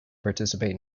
participate